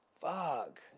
Fuck